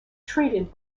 treated